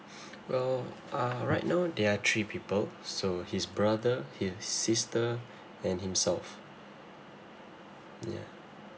well uh right now there are three people so his brother his sister and himself yeah